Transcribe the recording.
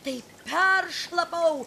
taip peršlapau